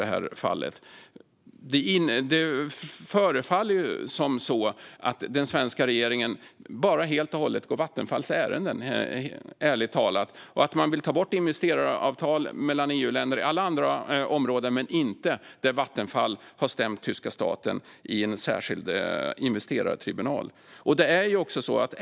Det förefaller, ärligt talat, vara så att den svenska regeringen helt och hållet går Vattenfalls ärenden. Man vill ta bort investeraravtal mellan EU-länder på alla andra områden, men inte där Vattenfall har stämt tyska staten i en särskild investerartribunal.